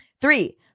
three